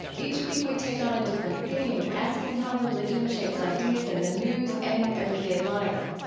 each week we take on a different theme asking how religion shapes ideas in the news and in everyday life.